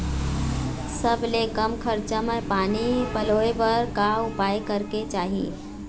सबले कम खरचा मा पानी पलोए बर का उपाय करेक चाही?